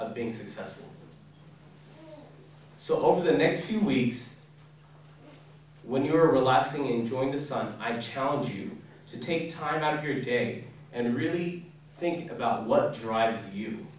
of being successful so over the next few weeks when you're relaxing enjoying the sun i challenge you to take time out of your day and really think about what drives